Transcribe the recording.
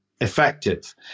effective